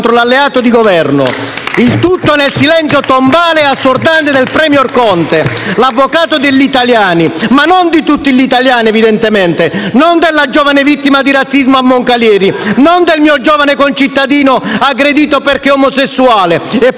avviene nel silenzio tombale e assordante del *premier* Conte, l'avvocato degli italiani, ma non di tutti gli italiani evidentemente, non della giovane vittima di razzismo a Moncalieri, non del mio giovane concittadino aggredito perché omosessuale. Eppure, siamo